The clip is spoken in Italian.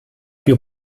più